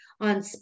on